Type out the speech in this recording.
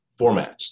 formats